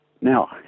Now